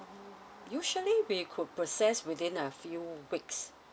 usually we could process within a few weeks